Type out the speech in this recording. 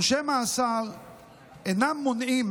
עונשי מאסר אינם מונעים